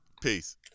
Peace